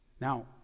Now